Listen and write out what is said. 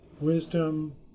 wisdom